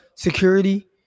security